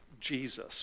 Jesus